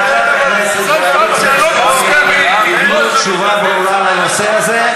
ועדת הכנסת והייעוץ המשפטי ייתנו תשובה ברורה בנושא הזה.